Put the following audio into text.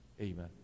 Amen